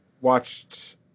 watched